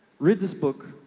read this book.